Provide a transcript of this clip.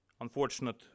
unfortunate